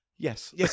Yes